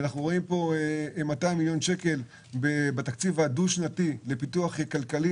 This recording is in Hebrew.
אנחנו רואים פה 200 מיליון שקלים בתקציב הדו-שנתי לפיתוח כלכלי